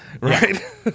Right